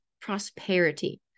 prosperity